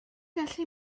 gallu